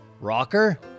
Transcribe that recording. Rocker